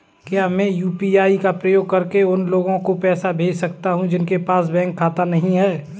क्या मैं यू.पी.आई का उपयोग करके उन लोगों को पैसे भेज सकता हूँ जिनके पास बैंक खाता नहीं है?